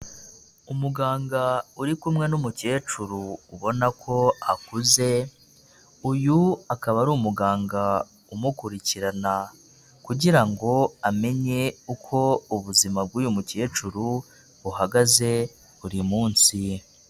Umuganga uri kumwe n'umukecuru ubona ko akuze uyu akaba ari umuganga umukurikirana kugira ngo amenye uko ubuzima bw'uyu mukecuru buhagaze buri munsi.